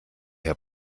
herr